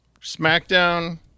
Smackdown